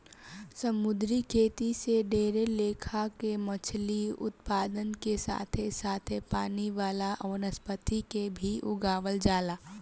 समुंद्री खेती से ढेरे लेखा के मछली उत्पादन के साथे साथे पानी वाला वनस्पति के भी उगावल जाला